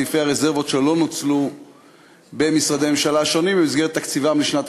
מסעיפי הרזרבות שלא נוצלו במשרדי הממשלה השונים במסגרת תקציבם לשנת